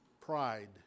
Pride